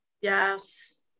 Yes